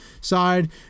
side